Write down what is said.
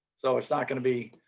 so it's not going to be